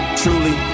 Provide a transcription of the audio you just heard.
truly